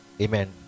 amen